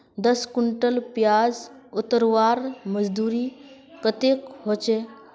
दस कुंटल प्याज उतरवार मजदूरी कतेक होचए?